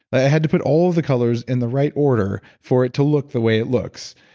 i had to put all of the colors in the right order for it to look the way it looks.